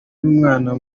n’umwana